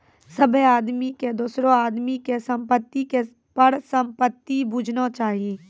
सभ्भे आदमी के दोसरो आदमी के संपत्ति के परसंपत्ति बुझना चाही